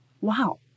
Wow